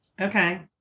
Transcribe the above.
Okay